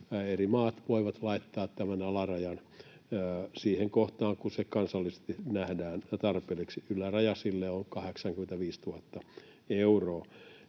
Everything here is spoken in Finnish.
eri maat voivat laittaa tämän alarajan siihen kohtaan kuin se kansallisesti nähdään tarpeelliseksi. Yläraja sille on 85 000 euroa,